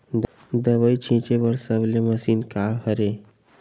दवाई छिंचे बर सबले मशीन का हरे?